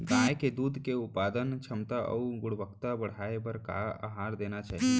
गाय के दूध के उत्पादन क्षमता अऊ गुणवत्ता बढ़ाये बर का आहार देना चाही?